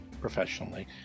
professionally